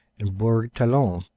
and bourg-talon.